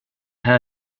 här